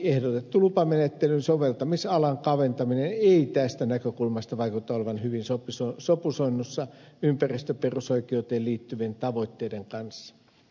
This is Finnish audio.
ehdotettu lupamenettelyn soveltamisalan kaventaminen ei tästä näkökulmasta vaikuta olevan hyvin sopusoinnussa ympäristöperusoikeuteen liittyvien tavoitteiden kanssa